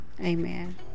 Amen